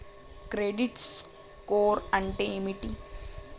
Credit score అంటే ఏమిటి?